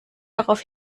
darauf